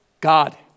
God